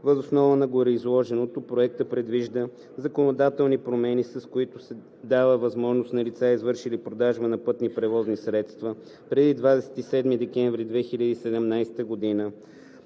Въз основа на гореизложеното Проектът предвижда законодателни промени, с които да се даде възможност на лица, извършили продажба на пътни превозни средства преди 27 декември 2017 г., да